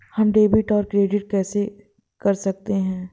हम डेबिटऔर क्रेडिट कैसे कर सकते हैं?